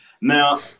Now